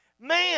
Man